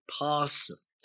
pass